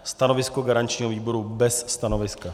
Stanovisko garančního výboru bez stanoviska.